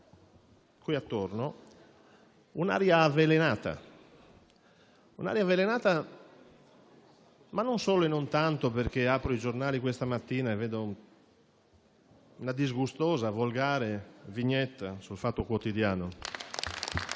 qui attorno un'aria avvelenata, ma non solo e non tanto perché apro i giornali questa mattina e vedo la disgustosa e volgare vignetta sul «Fatto Quotidiano»